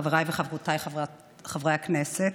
חבריי וחברותיי חברי הכנסת,